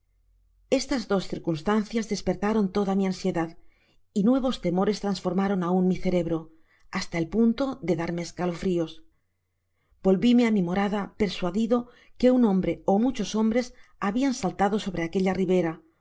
estas dos circunstancias despertaron toda mi ansiedad y nuevos temores trastornaron aun mi cerebro hasta el punto de darme calofrios volvíme á mi morada persuadido que un hombre ó muchos hombres habian saltado sobre aquella ribera